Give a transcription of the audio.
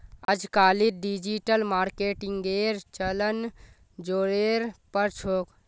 अजकालित डिजिटल मार्केटिंगेर चलन ज़ोरेर पर छोक